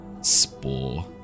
spore